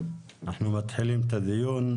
אנחנו מתחילים את הדיון.